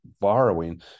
borrowing